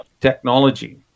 technology